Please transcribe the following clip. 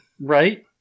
right